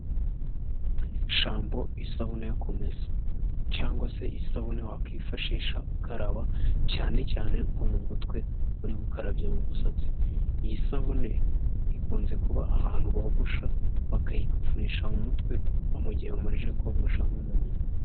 Shampo, isabune yo kumesa cyangwa se isabune wakwifashisha ukaraba cyane cyane nko mu mutwe uri gukarabya mu musatsi, iyi sabune ikunze kuba ahantu bogosha bakayikuvurisha mu mutwe mu gihe bamajije kogosha nk'umuntu.